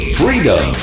freedom